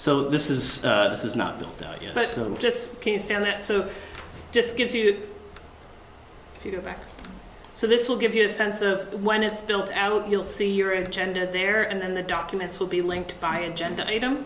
so this is this is not the first of just can't stand that so just gives you if you go back so this will give you a sense of when it's built out you'll see your agenda there and the documents will be linked by agenda item